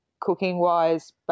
cooking-wise